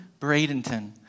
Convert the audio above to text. Bradenton